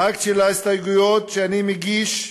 האקט של ההסתייגויות שאני מגיש,